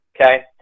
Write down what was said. Okay